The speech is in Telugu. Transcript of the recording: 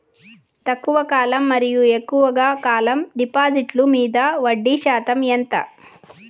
తక్కువ కాలం మరియు ఎక్కువగా కాలం డిపాజిట్లు మీద వడ్డీ శాతం ఎంత?